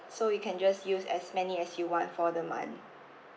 so you can just use as many as you want for the month